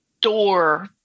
door